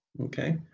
Okay